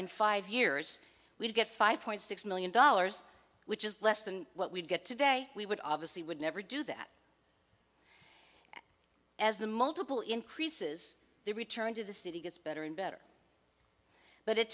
in five years we'd get five point six million dollars which is less than what we'd get today we would obviously would never do that as the multiple increases the return to the city gets better and better but it